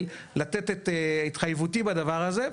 לתת את התחייבותי בדבר הזה,